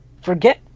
forget